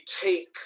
take